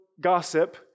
gossip